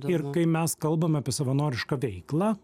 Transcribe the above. ir kai mes kalbame apie savanorišką veiklą